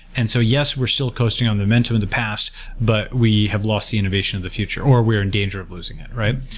and so yes, we're still coasting on the momentum of the past but we have lost the innovation of the future, or we're in danger of losing it. it.